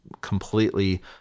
completely